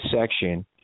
section